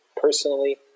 personally